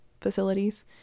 facilities